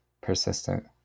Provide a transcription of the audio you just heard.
persistent